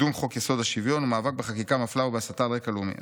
וקידום חוק-יסוד השוויון ומאבק בחקיקה מפלה ובהסתה על רקע לאומי.